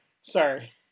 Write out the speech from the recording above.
Sorry